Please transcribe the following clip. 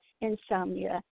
insomnia